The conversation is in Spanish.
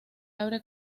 abre